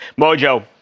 Mojo